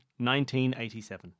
1987